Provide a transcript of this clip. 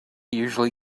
usually